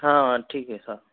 हाँ हाँ ठीक है साब